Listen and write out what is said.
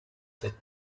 that